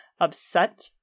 upset